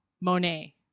Monet